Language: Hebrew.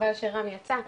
חבל שרם יצא,